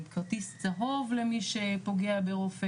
כרטיס צהוב למי שפוגע ברופא,